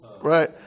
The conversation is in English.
Right